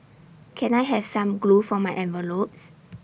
can I have some glue for my envelopes